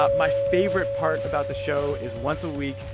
ah my favorite part about the show is, once a week,